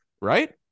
Right